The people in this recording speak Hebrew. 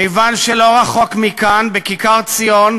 כיוון שלא רחוק מכאן, בכיכר-ציון,